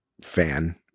fan